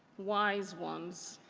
wise ones.